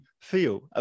feel